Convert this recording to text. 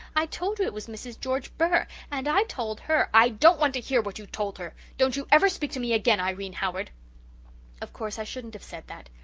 i told you it was mrs. george burr. and i told her i don't want to hear what you told her. don't you ever speak to me again, irene howard oh course, i shouldn't have said that.